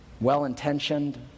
Well-intentioned